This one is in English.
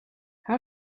how